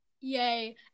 Yay